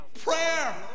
Prayer